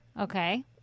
Okay